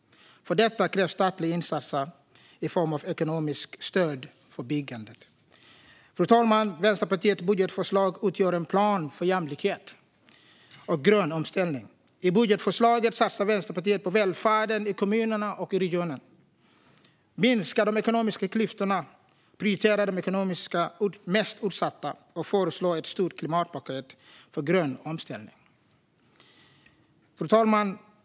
För detta krävs statliga insatser i form av ekonomiskt stöd för byggande. Fru talman! Vänsterpartiets budgetförslag utgör en plan för jämlikhet och grön omställning. I budgetförslaget satsar Vänsterpartiet på välfärden i kommuner och regioner, minskar de ekonomiska klyftorna, prioriterar de ekonomiskt mest utsatta och föreslår ett stort klimatpaket för grön omställning. Fru talman!